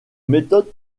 méthode